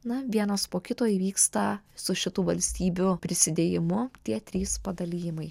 na vienas po kito įvyksta su šitų valstybių prisidėjimu tie trys padalijimai